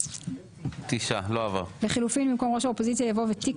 בניגוד לפרסומים שהיו והכול וזה הוא